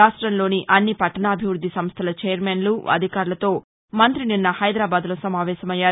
రాష్టంలోని అన్ని పట్టణాభివృద్ది సంస్థల చైర్మస్లు అధికారులతో మంతి నిన్న హైదరాబాద్లో సమావేశమయ్యారు